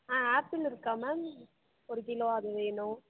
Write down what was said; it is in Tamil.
ஆப்பிள் இருக்கா மேம் ஒரு கிலோ அது வேணும்